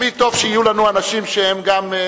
תמיד טוב שיהיו לנו אנשים שמוכנים